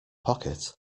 pocket